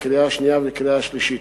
לקריאה שנייה ולקריאה שלישית.